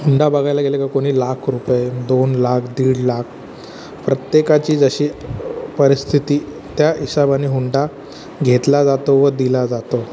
हुंडा बघायला गेलं का कुणी लाख रुपये दोन लाख दीड लाख प्रत्येकाची जशी परिस्थिती त्या हिशोबाने हुंडा घेतला जातो व दिला जातो